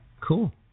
cool